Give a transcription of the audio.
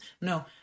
no